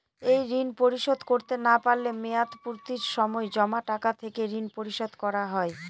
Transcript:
এই ঋণ পরিশোধ করতে না পারলে মেয়াদপূর্তির সময় জমা টাকা থেকে ঋণ পরিশোধ করা হয়?